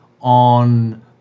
on